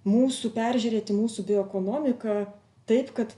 mūsų peržiūrėti mūsų bioekonomiką taip kad